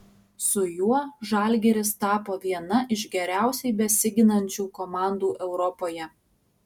su juo žalgiris tapo viena iš geriausiai besiginančių komandų europoje